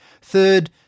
Third